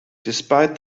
despite